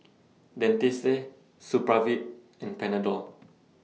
Dentiste Supravit and Panadol